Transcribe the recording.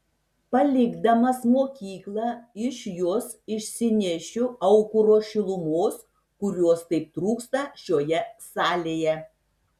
palikdamas mokyklą iš jos išsinešiu aukuro šilumos kurios taip trūksta šioje salėje